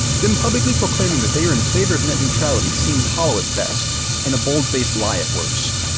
them publicly proclaiming that they're in favor of net neutrality seems hollow at best and a bold faced lie at worst.